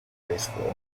graceful